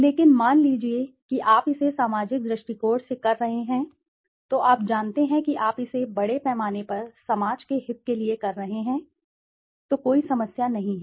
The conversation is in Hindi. लेकिन मान लीजिए कि आप इसे सामाजिक दृष्टिकोण से कर रहे हैं तो आप जानते हैं कि आप इसे बड़े पैमाने पर समाज के हित के लिए कर रहे हैं तो कोई समस्या नहीं है